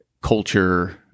culture